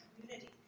community